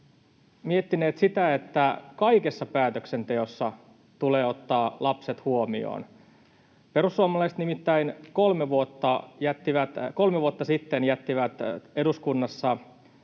miettineet sitä, että kaikessa päätöksenteossa tulee ottaa lapset huomioon. Perussuomalaiset nimittäin kolme vuotta sitten jättivät eduskunnassa